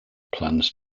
plans